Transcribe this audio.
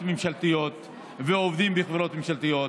ממשלתיות ועובדים בחברות ממשלתיות.